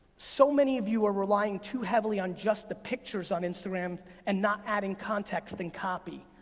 so many of you are relying too heavily on just the pictures on instagram and not adding context and copy.